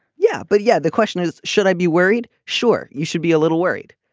yeah but yeah the question is should i be worried. sure you should be a little worried.